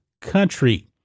country